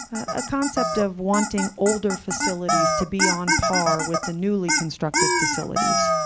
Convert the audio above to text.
a concept of wanting older facilities to be on par with the newly constructed facilities,